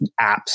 apps